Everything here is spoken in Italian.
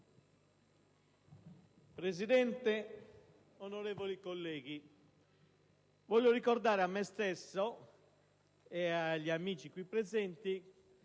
Presidente, onorevoli colleghi, ricordo a me stesso e agli amici qui presenti